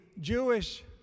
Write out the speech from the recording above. Jewish